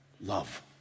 Love